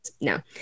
No